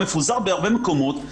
מפוזרת בהרבה מקומות,